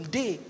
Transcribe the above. day